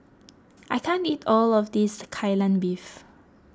I can't eat all of this Kai Lan Beef